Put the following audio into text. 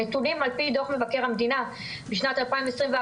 הנתונים על פי דו"ח מבקר המדינה בשנת 2021,